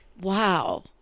wow